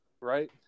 right